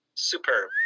superb